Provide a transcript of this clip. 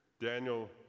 Daniel